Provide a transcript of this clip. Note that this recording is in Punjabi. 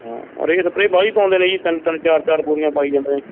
ਹਾਂ ਰੇਹ ਸਪਰੇਹ ਬਾਹਲੀ ਪਾਉਂਦੇ ਨੇ ਜੀ ਤਿੰਨ ਤਿੰਨ ਚਾਰ ਚਾਰ ਬੋਰੀਆਂ ਪਾਈ ਜਾਂਦੇ ਨੇ